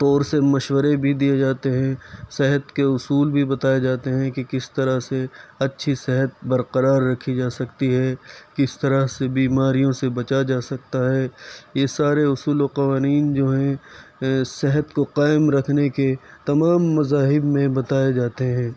طور سے مشورے بھی دیے جاتے ہیں صحت کے اصول بھی بتائے جاتے ہیں کہ کس طرح سے اچھی صحت برقرار رکھی جا سکتی ہے کس طرح سے بیماریوں سے بچا جا سکتا ہے یہ سارے اصول و قوانین جو ہیں صحت کو قائم رکھنے کے تمام مذاہب میں بتائے جاتے ہیں